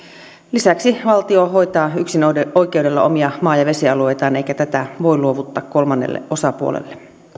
lisäksi valtio hoitaa yksinoikeudella omia maa ja vesialueitaan eikä tätä voi luovuttaa kolmannelle osapuolelle